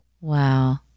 Wow